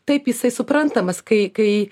taip jisai suprantamas kai kai